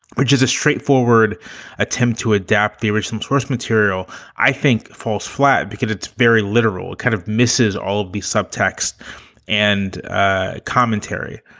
which is a straightforward attempt to adapt the original source material, i think falls flat because it's very literal, kind of misses all of the subtext and ah commentary.